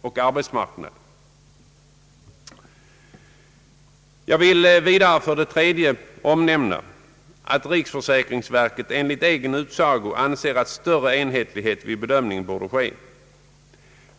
och arbetsmarknad.» För det tredje vill jag omnämna att riksförsäkringsverket enligt egen utsago anser att större enhetlighet vid bedömningen borde åstadkommas.